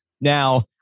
now